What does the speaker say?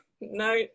no